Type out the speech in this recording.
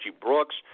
Brooks